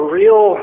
real